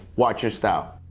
watch your style!